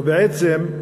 ובעצם,